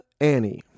Annie